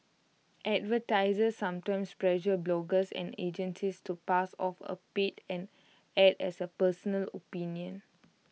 advertisers sometimes pressure bloggers and agencies to pass off A paid an Ad as personal opinion